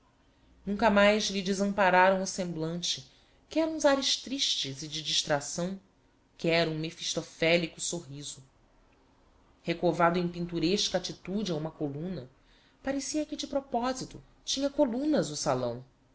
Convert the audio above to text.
nunca mais lhe desampararam o semblante quer uns ares tristes e de distracção quer um méfistofélico sorriso recovado em pinturesca atitude a uma columna parecia que de proposito tinha columnas o salão